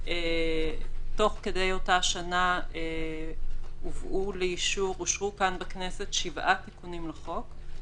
תוך כדי אותה שנה אושרו כאן בכנסת שבעה תיקונים לחוק,